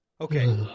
Okay